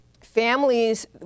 families